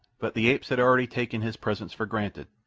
but the apes had already taken his presence for granted,